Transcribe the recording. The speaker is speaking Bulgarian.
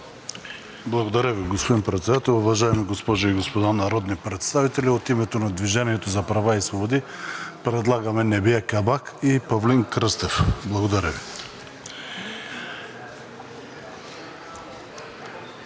Благодаря Ви, господин Председател. Уважаеми госпожи и господа народни представители, от името на „Движение за права и свободи“ предлагаме Небие Кабак и Павлин Кръстев. Благодаря Ви.